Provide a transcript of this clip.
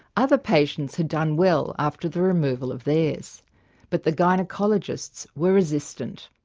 other patients had done well after the removal of theirs but the gynaecologists were resistant.